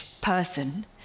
person